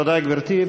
תודה, גברתי.